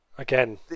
Again